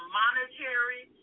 monetary